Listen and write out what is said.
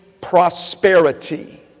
prosperity